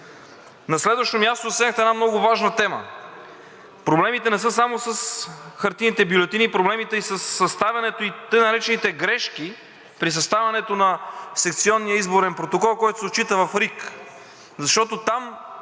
На следващо място, засегнахте една много важна тема – проблемите не са само с хартиените бюлетини. Проблемът е и със съставянето и така наречените грешки при съставянето на секционния изборен протокол, който се отчита в РИК. Защото там